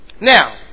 Now